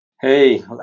Hey